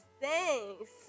thanks